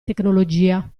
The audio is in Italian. tecnologia